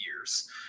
years